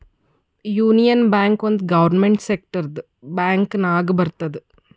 union Bank ಒಂದ್ government ಸೆಕ್ಟರ್ದು bank ನಾಗ್ ಬರ್ತುದ್